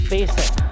Basic